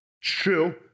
True